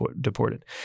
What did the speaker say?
deported